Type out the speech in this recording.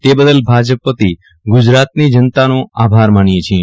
તે બદલ ભાજપ વતી ગુજરાતની જનતાનો આભાર માનીએ છીએ